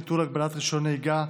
ביטול הגבלת רישיון נהיגה),